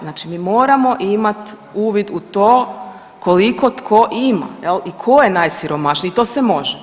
Znači mi moramo imat uvid u to koliko tko ima i ko je najsiromašniji i to se može.